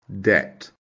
Debt